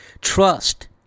trust